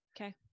okay